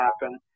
happen